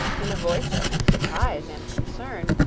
in a voice of surprise and concern,